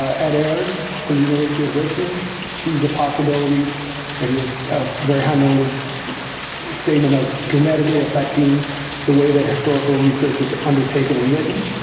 ah ed ayers from the university of richmond sees the possibilities and has very high minded statement of dramatically affecting the way that historical research is undertaken and written.